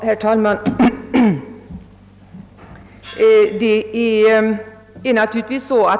Herr talman!